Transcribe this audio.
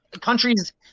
countries